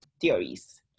theories